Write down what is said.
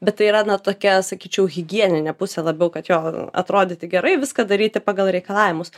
bet tai yra na tokia sakyčiau higieninė pusė labiau kad jo atrodyti gerai viską daryti pagal reikalavimus